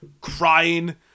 crying